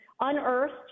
unearthed